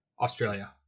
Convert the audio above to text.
Australia